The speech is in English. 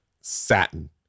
satin